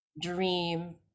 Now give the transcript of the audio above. dream